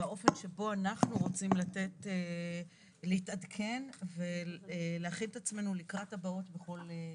והאופן שבו אנחנו רוצים להתעדכן ולהכין את עצמנו לקראת הבאות בכל הקשר.